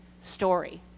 story